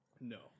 No